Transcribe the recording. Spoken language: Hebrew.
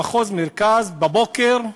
במחוז מרכז, בבוקר,